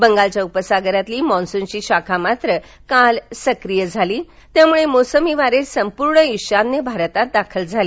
बंगालच्या उपसागरातली मान्सूनची शाखा मात्र काल सक्रीय झाली त्यामुळे मोसमीवारे संपूर्ण श्राान्य भारतात दाखल झाले